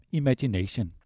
imagination